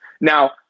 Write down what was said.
Now